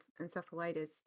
encephalitis